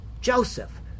Joseph